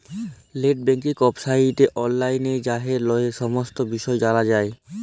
late banking ওয়েবসাইটে অললাইল যাঁয়ে ললের সমস্ত বিষয় জালা যায়